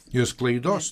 jų sklaidos